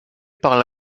par